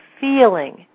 feeling